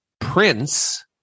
Prince